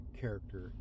character